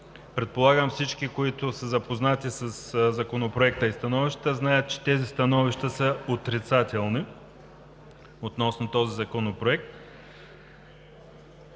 предполагам всички, които са запознати със Законопроекта и становищата, знаят, че тези становища са отрицателни. И се позоваваме